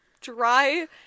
dry